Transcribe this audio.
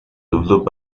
developed